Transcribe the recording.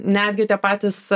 netgi tie patys